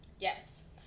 Yes